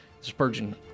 Spurgeon